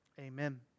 Amen